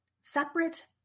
separate